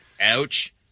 Ouch